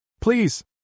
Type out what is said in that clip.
Please